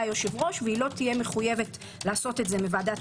היושב-ראש והיא לא תהיה מחויבת לעשות את זה מוועדת